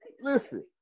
Listen